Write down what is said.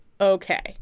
okay